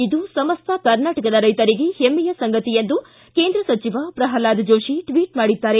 ಇದು ಸಮಸ್ತ ಕರ್ನಾಟಕದ ರೈತರಿಗೆ ಹೆಮ್ಮೆಯ ಸಂಗತಿ ಎಂದು ಕೇಂದ್ರ ಸಚಿವ ಪ್ರಹ್ಲಾದ್ ಜೋಶಿ ಟ್ವಿಟ್ ಮಾಡಿದ್ದಾರೆ